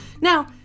Now